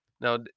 Now